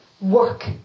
work